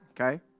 okay